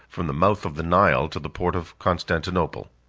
from the mouth of the nile to the port of constantinople.